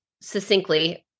succinctly